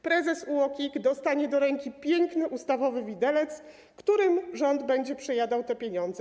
Prezes UOKiK dostanie do ręki piękny ustawowy widelec, którym rząd będzie przejadał te pieniądze.